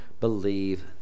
believe